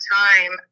time